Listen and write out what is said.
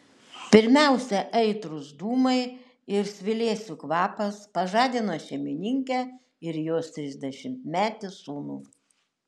pirmiausia aitrūs dūmai ir svilėsių kvapas pažadino šeimininkę ir jos trisdešimtmetį sūnų